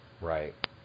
Right